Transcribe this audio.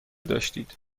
داشتید